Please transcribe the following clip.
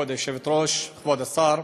כבוד היושבת-ראש, כבוד השר,